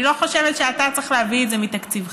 אני לא חושבת שאתה צריך להביא את זה מתקציבך,